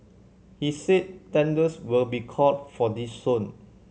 he said tenders will be called for this soon